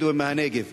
בדואים מהנגב.